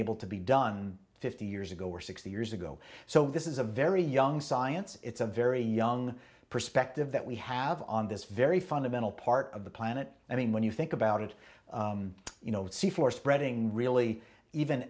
able to be done fifty years ago or sixty years ago so this is a very young science it's a very young perspective that we have on this very fundamental part of the planet i mean when you think about it you know at sea for spreading really even